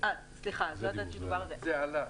זה עלה.